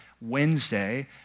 Wednesday